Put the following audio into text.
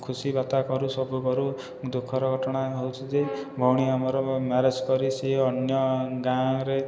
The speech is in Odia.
ଖୁସି ବାର୍ତ୍ତା କରୁ ସବୁ କରୁ ଦୁଃଖର ଘଟଣା ହଉଛି ଯେ ଭଉଣୀ ଆମର ମ୍ୟାରେଜ କରି ସେ ଅନ୍ୟ ଗାଁରେ